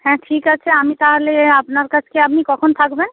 হ্যাঁ ঠিক আছে আমি তাহলে আপনার কাছে আপনি কখন থাকবেন